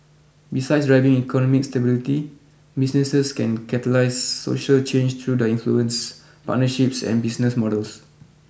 besides driving economic stability businesses can catalyse social change through their influence partnerships and business models